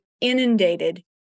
inundated